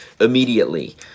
immediately